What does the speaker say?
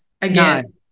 again